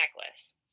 necklace